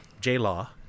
j-law